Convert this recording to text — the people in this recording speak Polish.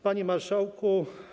Panie Marszałku!